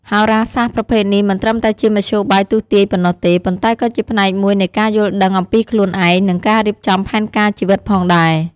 ហោរាសាស្ត្រប្រភេទនេះមិនត្រឹមតែជាមធ្យោបាយទស្សន៍ទាយប៉ុណ្ណោះទេ ប៉ុន្តែក៏ជាផ្នែកមួយនៃការយល់ដឹងអំពីខ្លួនឯង និងការរៀបចំផែនការជីវិតផងដែរ។